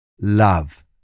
love